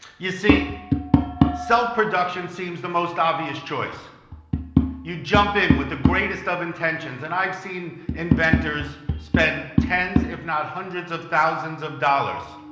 you see self production seems the most obvious choice you jump in with the greatest of intentions and i've seen inventors spend tens if not hundreds of thousands of dollars